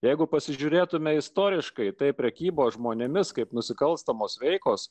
jeigu pasižiūrėtumėme istoriškai taip prekybos žmonėmis kaip nusikalstamos veikos